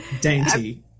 Dainty